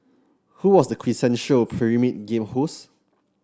who was the quintessential Pyramid Game host